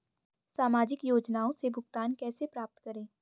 सामाजिक योजनाओं से भुगतान कैसे प्राप्त करें?